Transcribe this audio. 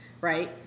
right